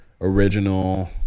original